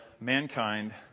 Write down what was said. mankind